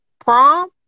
prom